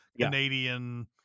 Canadian